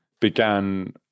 began